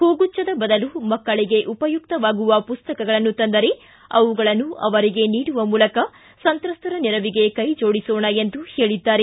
ಹೂಗುಭ್ದದ ಬದಲು ಮಕ್ಕಳಿಗೆ ಉಪಯುಕ್ತವಾಗುವ ಪುಸ್ತಕಗಳನ್ನು ತಂದರೆ ಅವುಗಳನ್ನು ಅವರಿಗೆ ನೀಡುವ ಮೂಲಕ ಸಂತ್ರಸ್ತರ ನೆರವಿಗೆ ಕೈ ಜೋಡಿಸೋಣ ಎಂದು ಹೇಳಿದ್ದಾರೆ